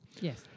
Yes